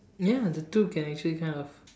ya the two can actually kind of